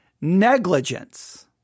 Negligence